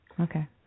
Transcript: Okay